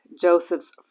Joseph's